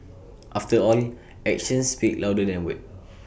after all actions speak louder than words